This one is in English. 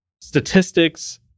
statistics